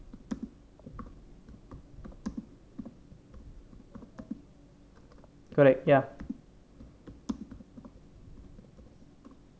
correct ya